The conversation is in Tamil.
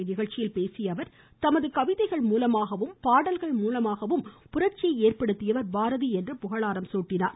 இந்நிகழ்ச்சியில் பேசிய அவர் தமது கவிதைகள் மூலமாகவும் பாடல்கள் மூலமாகவும் புரட்சியை ஏற்படுத்தியவர் பாரதி என்று புகழாரம் சூட்டினார்